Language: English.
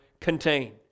contain